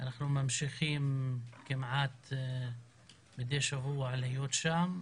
אנחנו ממשיכים כמעט מדי שבוע שם,